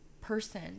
person